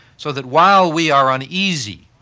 so that while we are uneasy